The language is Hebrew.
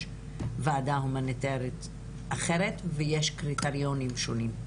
ועדה הומניטרית אחרת ויש קריטריונים שונים.